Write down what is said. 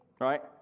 right